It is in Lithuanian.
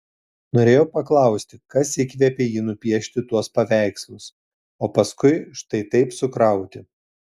norėjo paklausti kas įkvėpė jį nupiešti tuos paveikslus o paskui štai taip sukrauti